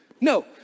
No